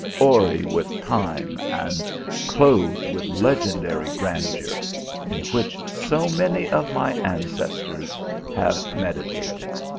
hoary with time, and clothed with legendary grandeur in which so many of my ancestors have meditated